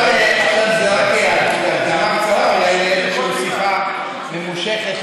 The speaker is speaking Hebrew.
עכשיו זה רק הקדמה קצרה אולי לאיזושהי שיחה ממושכת,